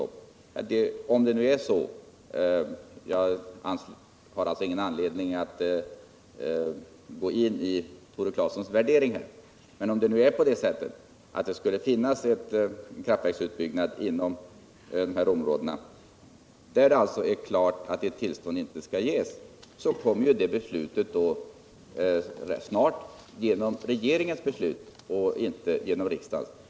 Ja, om det nu är så — jag har ingen anledning att där gå in på Tore Claesons värderingar — att det finns kraftverksbyggen inom dessa områden för vilka det är alldeles klart att tillstånd inte kan meddelas, så kommer ju beslutet därom från regeringen ganska snart, inte från riksdagen.